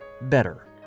better